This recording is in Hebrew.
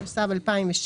התשס"ו 2006,